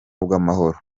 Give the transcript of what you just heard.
bw’amahoro